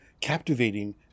captivating